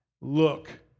look